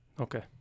Okay